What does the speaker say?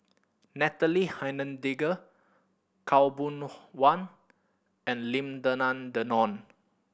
Natalie Hennedige Khaw Boon Wan and Lim Denan Denon